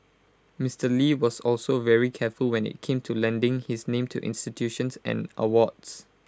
Mister lee was also very careful when IT came to lending his name to institutions and awards